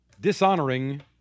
dishonoring